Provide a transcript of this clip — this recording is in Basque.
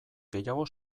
gehiago